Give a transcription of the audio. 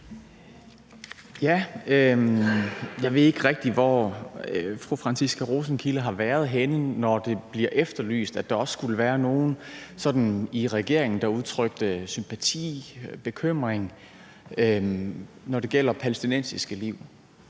Jeg ved ikke rigtig, hvor fru Franciska Rosenkilde har været henne, når det bliver efterlyst, at der er nogen i regeringen, der udtrykker sympati og bekymring, når det gælder palæstinensiske liv.